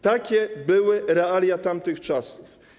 Takie były realia tamtych czasów.